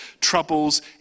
troubles